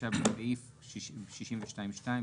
בסעיף 62(2),